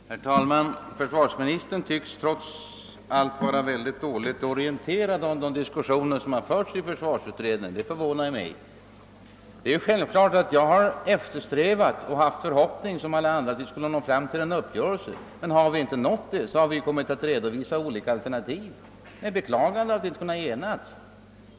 Herr talman! Försvarsministern tycks trots allt vara mycket dåligt orienterad om de diskussioner som förts i försvarsutredningen, och det förvånar mig. Jag har som andra eftersträvat och hoppats på en uppgörelse. Jag lämnar inte en försvarsutredning därför att där kan framkomma olika ståndpunkter.